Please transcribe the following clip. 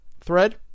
thread